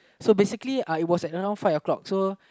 so basically uh it was another five O-clock so